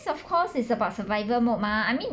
of course it's about survival mode mah I mean